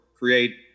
create